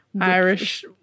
Irish